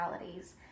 realities